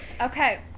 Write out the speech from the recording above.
Okay